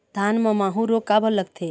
धान म माहू रोग काबर लगथे?